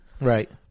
Right